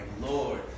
Lord